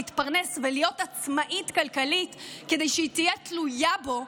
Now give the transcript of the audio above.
להתפרנס ולהיות עצמאית כלכלית כדי שהיא תהיה תלויה בו,